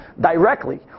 directly